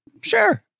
Sure